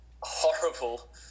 horrible